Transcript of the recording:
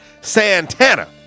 Santana